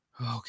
okay